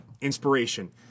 inspiration